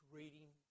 reading